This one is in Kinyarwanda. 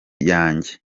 yanjye